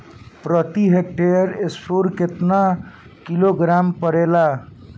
प्रति हेक्टेयर स्फूर केतना किलोग्राम परेला?